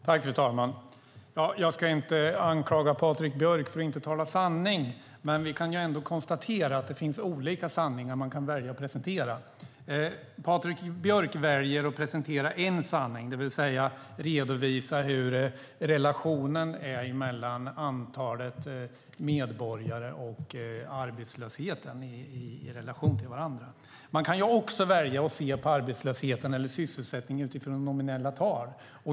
Fru talman! Jag ska inte anklaga Patrik Björck för att inte tala sanning. Men vi kan ändå konstatera att det finns olika sanningar som man kan välja att presentera. Patrik Björck väljer att presentera en sanning, det vill säga att redovisa hur relationen är mellan antalet medborgare och arbetslösheten. Man kan också välja att se på arbetslösheten eller sysselsättningen utifrån nominella tal.